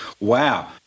Wow